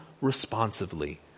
responsively